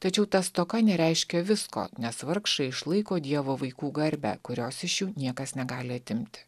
tačiau ta stoka nereiškia visko nes vargšai išlaiko dievo vaikų garbę kurios iš jų niekas negali atimti